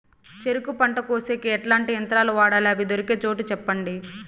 చెరుకు పంట కోసేకి ఎట్లాంటి యంత్రాలు వాడాలి? అవి దొరికే చోటు చెప్పండి?